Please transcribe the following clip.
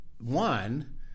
one